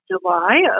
July